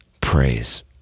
praise